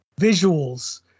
visuals